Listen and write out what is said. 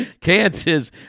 Kansas